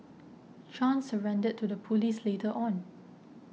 Chan surrendered to the police later on